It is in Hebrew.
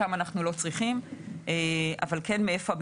אותם אנחנו לא צריכים אבל כן לדעת מהיכן